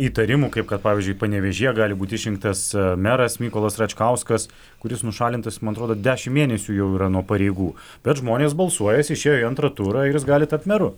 įtarimų kaip kad pavyzdžiui panevėžyje gali būti išrinktas meras mykolas račkauskas kuris nušalintas man atrodo dešimt mėnesių jau yra nuo pareigų bet žmonės balsuoja jis išėjo į antrą turą ir jis gali tapt meru